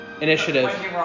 Initiative